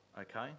okay